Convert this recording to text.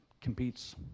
competes